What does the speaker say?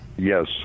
Yes